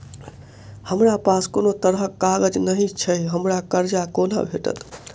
हमरा पास कोनो तरहक कागज नहि छैक हमरा कर्जा कोना भेटत?